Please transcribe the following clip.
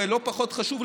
ולא פחות חשוב,